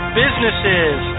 businesses